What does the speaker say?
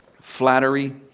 Flattery